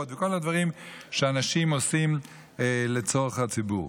וכל הדברים שאנשים עושים לצורך הציבור.